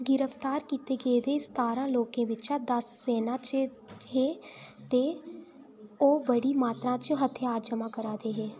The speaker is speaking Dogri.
गिरफ्तार कीते गेदे सतारां लोकें बिच्चा दस सेना च हे ते ओह् बड़ी मातरा च हथ्यार जमा करै दे हे